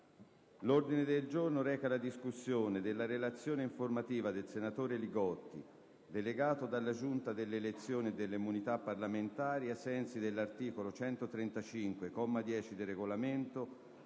L'ordine del giorno reca la discussione della relazione informativa del senatore Li Gotti, delegato dalla Giunta delle elezioni e delle immunità parlamentari, ai sensi dell'articolo 135, comma 10, del Regolamento,